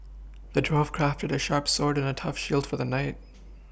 the dwarf crafted a sharp sword and a tough shield for the knight